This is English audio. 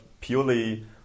purely